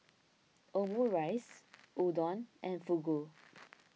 Omurice Udon and Fugu